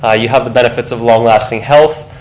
ah you have the benefits of long lasting health,